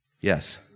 Yes